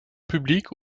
publique